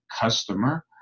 customer